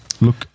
Look